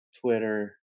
Twitter